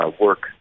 work